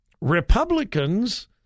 Republicans